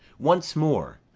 once more,